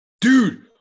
dude